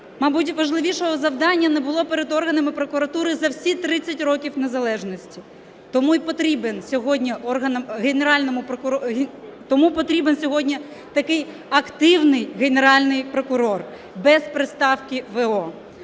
Мабуть важливішого завдання не було перед органами прокуратури за всі 30 років незалежності, тому й потрібен сьогодні такий активний Генеральний прокурор, без приставки